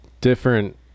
different